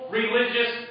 religious